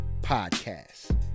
podcast